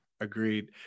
agreed